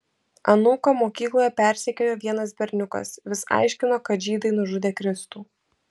anūką mokykloje persekiojo vienas berniukas vis aiškino kad žydai nužudė kristų